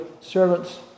servants